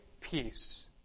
peace